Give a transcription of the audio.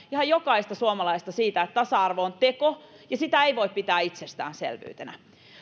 ihan jokaista suomalaista siitä että tasa arvo on teko ja sitä ei voi pitää itsestäänselvyytenä